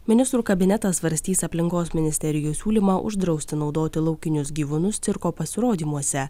ministrų kabinetas svarstys aplinkos ministerijos siūlymą uždrausti naudoti laukinius gyvūnus cirko pasirodymuose